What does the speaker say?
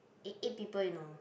eight eight people you know